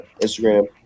Instagram